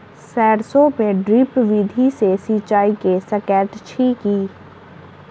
सैरसो मे ड्रिप विधि सँ सिंचाई कऽ सकैत छी की?